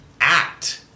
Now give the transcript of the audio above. act